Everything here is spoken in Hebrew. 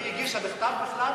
היא הגישה בכלל בכתב?